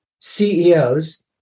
CEOs